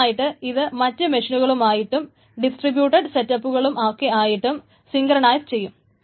അതിനായിട്ട് ഇത് മറ്റ് മെഷീനുകളുമായിട്ടും ഡിട്രിബ്യൂടറ്റ് സെറ്റപ്പുകളും ഒക്കെ ആയിട്ടും സിങ്കറണയിസ് ചെയ്യും